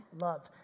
Love